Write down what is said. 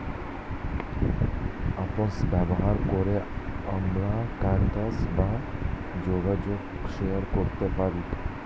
apps ব্যবহার করে আমরা কন্টাক্ট বা যোগাযোগ শেয়ার করতে পারি